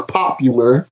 popular